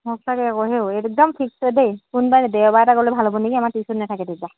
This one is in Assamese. সঁচাকৈ আক' হেৰৌ একদম ঠিকছে দেই কোনবা দেওবাৰ এটাত গ'লে ভাল হ'ব নেকি আমাৰ টিউশ্যন নাথাকে তেতিয়া